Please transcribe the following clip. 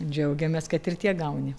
džiaugiamės kad ir tiek gauni